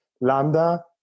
Lambda